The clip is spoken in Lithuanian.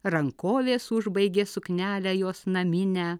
rankovės užbaigė suknelę jos naminę